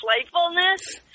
playfulness